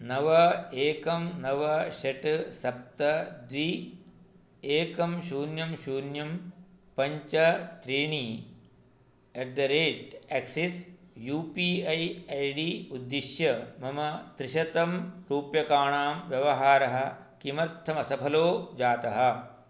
नव एकं नव षट् सप्त द्वि एकं शून्यं शून्यं पञ्च त्रीणि at the rate Axis U P I I D उद्दिश्य मम त्रिशतं रूप्यकाणां व्यवहारः किमर्थमसफलो जातः